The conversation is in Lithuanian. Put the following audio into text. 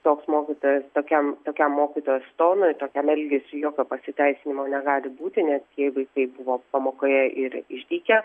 toks mokytojos tokiam tokiam mokytojos tonui tokiam elgesiui jokio pasiteisinimo negali būti net jei vaikai buvo pamokoje ir išdykę